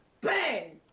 Bang